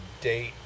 date